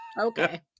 Okay